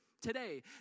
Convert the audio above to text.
today